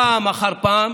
פעם אחר פעם,